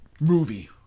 movie